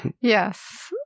Yes